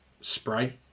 spray